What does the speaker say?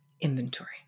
inventory